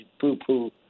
poo-poo